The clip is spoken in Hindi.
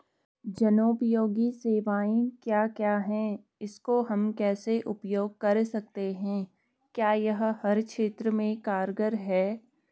जनोपयोगी सेवाएं क्या क्या हैं इसको हम कैसे उपयोग कर सकते हैं क्या यह हर क्षेत्र में कारगर है?